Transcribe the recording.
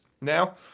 now